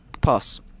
pass